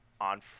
on